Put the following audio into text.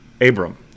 Abram